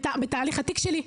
בתהליך של התיק שלי.